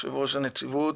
יושב-ראש הנציבות,